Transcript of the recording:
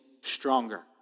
stronger